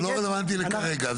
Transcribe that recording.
זה לא רלוונטי לכרגע.